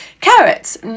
carrots